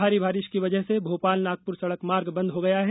भारी बारिश की वजह से भोपाल नागपुर सड़क मार्ग बन्द हो गया है